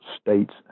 state's